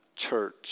church